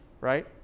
right